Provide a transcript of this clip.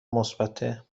مثبته